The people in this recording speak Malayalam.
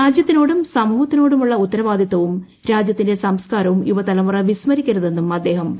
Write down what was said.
രാജ്യത്തിനോടും സമൂഹത്തിനുമോടുള്ള ഉത്തരവാദിത്വവും രാജ്യത്തിന്റെ സംസ്കാരവും യുവതലമുറ വിസ്മരിക്കരുതെന്നും അദ്ദേഹം പറഞ്ഞു